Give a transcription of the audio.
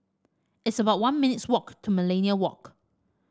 it's about one minute's walk to Millenia Walk